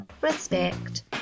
respect